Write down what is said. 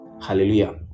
Hallelujah